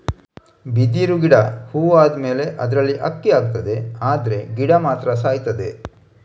ಬಿದಿರು ಗಿಡ ಹೂ ಆದ್ಮೇಲೆ ಅದ್ರಲ್ಲಿ ಅಕ್ಕಿ ಆಗ್ತದೆ ಆದ್ರೆ ಗಿಡ ಮಾತ್ರ ಸಾಯ್ತದೆ